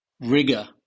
rigor